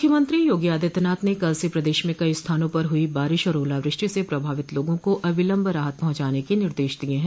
मुख्यमंत्री योगी आदित्यनाथ ने कल से प्रदेश म कई स्थानों पर हुई बारिश और ओलावृष्टि से प्रभावित लोगों को अविलम्ब राहत पहुंचाने के निर्देश दिये हैं